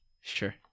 Sure